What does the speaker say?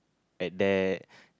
at that